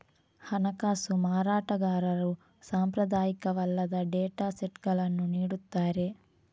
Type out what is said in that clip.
ಹಣಕಾಸು ಮಾರಾಟಗಾರರು ಸಾಂಪ್ರದಾಯಿಕವಲ್ಲದ ಡೇಟಾ ಸೆಟ್ಗಳನ್ನು ನೀಡುತ್ತಾರೆ